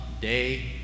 day